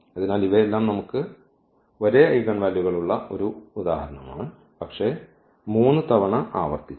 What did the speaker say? അതിനാൽ ഇവയെല്ലാം നമുക്ക് ഒരേ ഐഗൻ വാല്യൂകളുള്ള ഒരു ഉദാഹരണമുണ്ട് പക്ഷേ മൂന്ന് തവണ ആവർത്തിച്ചു